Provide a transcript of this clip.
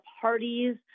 parties